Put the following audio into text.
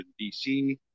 DC